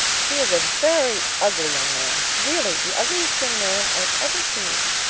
he is a very ugly young man really, the ugliest young man i've ever seen.